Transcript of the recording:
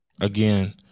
again